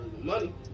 money